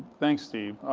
thanks steve,